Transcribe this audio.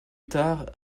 tard